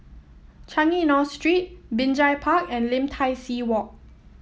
Changi North Street Binjai Park and Lim Tai See Walk